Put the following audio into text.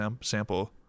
sample